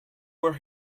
were